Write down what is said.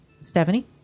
Stephanie